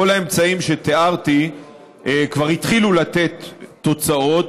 כל האמצעים שתיארתי כבר התחילו לתת תוצאות.